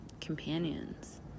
companions